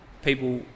People